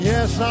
Yes